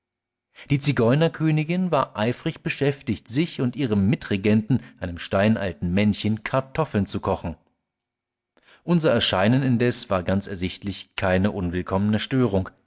die zigeunerkönigin war eifrig beschäftigt sich und ihrem mitregenten einem steinalten männchen kartoffeln zu kochen unser erscheinen indes war ganz ersichtlich keine unwillkommene störung